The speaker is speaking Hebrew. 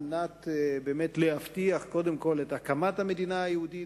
על מנת באמת להבטיח קודם כול את הקמת המדינה היהודית,